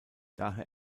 daher